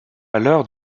alors